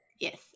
Yes